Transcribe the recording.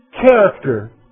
character